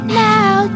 now